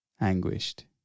anguished